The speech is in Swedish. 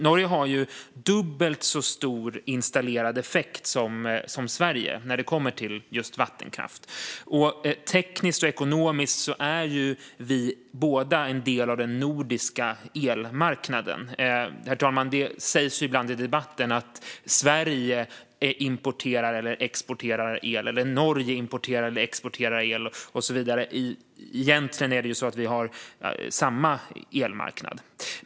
Norge har dubbelt så stor installerad effekt som Sverige när det kommer till just vattenkraft. Tekniskt och ekonomiskt är vi båda en del av den nordiska elmarknaden. Det sägs ibland i debatten, herr talman, att Sverige importerar eller exporterar el eller att Norge importerar eller exporterar el och så vidare. Egentligen är det samma elmarknad.